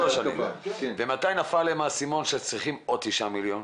מתי נפל להם האסימון שצריך עוד 9 מיליון?